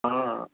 हा